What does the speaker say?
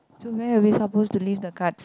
so where are we supposed to leave the cards